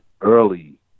early